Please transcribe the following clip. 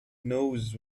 knows